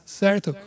certo